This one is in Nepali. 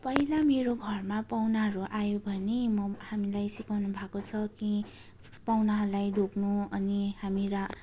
पहिला मेरो घरमा पाहुनाहरू आयो भने म हामीलाई सिकाउनुभएको छ कि यस् पाहुनाहरूलाई ढोग्नु अनि हामी